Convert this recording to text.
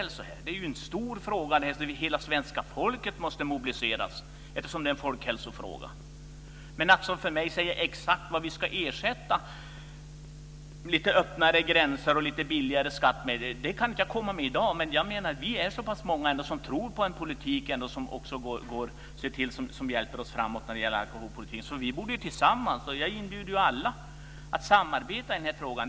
Det här är en stor fråga. Hela svenska folket måste mobiliseras, eftersom det är en folkhälsofråga. Exakt vad vi ska ersätta lite öppnare gränser och lägre skatt med kan jag inte säga i dag. Vi är så pass många som tror på en politik som hjälper oss framåt när det alkoholpolitik att vi borde - jag inbjuder alla - kunna samarbeta i denna fråga.